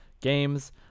games